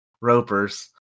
ropers